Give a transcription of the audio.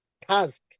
task